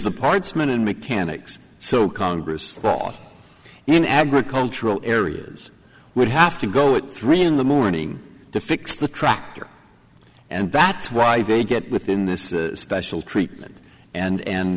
the parts men and mechanics so congress law in agricultural areas would have to go at three in the morning to fix the tractor and that's why they get within this special treatment and